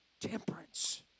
temperance